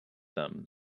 them